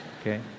Okay